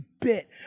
bit